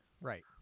Right